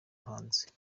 hanze